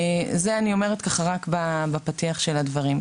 את זה אני אומרת בפתיח של דבריי.